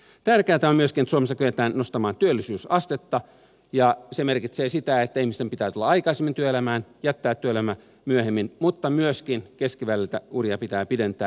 tärkeätä on myöskin että suomessa kyetään nostamaan työllisyysastetta ja se merkitsee sitä että ihmisten pitää tulla aikaisemmin työelämään jättää työelämä myöhemmin mutta myöskin keskiväliltä uria pitää pidentää